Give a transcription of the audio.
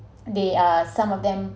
they are some of them